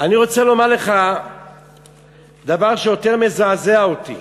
אני רוצה לומר לך דבר שיותר מזעזע אותי: